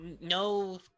No